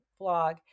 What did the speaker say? vlog